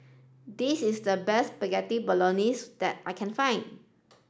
this is the best Spaghetti Bolognese that I can find